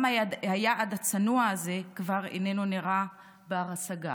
גם היעד הצנוע הזה כבר איננו נראה בר-השגה.